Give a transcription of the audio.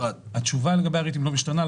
התשובה לגבי הריטים לא משתנה,